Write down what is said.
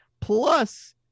Plus